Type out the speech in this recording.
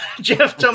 Jeff